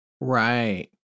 Right